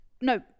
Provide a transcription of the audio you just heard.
no